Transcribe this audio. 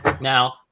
Now